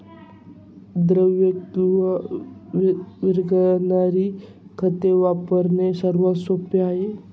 द्रव किंवा विरघळणारी खते वापरणे सर्वात सोपे आहे